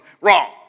wrong